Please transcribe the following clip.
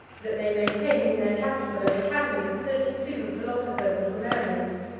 that they maintained in their capital an academy of thirty-two philosophers and grammarians.